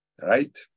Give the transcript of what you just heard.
Right